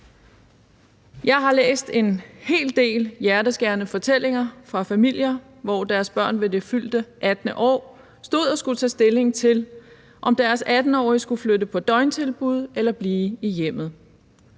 Jeg har læst en hel del hjerteskærende fortællinger fra familier, hvor deres børn ved det fyldte 18. år stod og skulle tage stilling til, om deres 18-årige skulle flytte på døgntilbud eller blive i hjemmet.